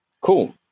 cool